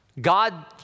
God